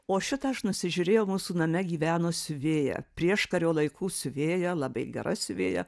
o šitą aš nusižiūrėjau mūsų name gyveno siuvėja prieškario laikų siuvėja labai gera siuvėja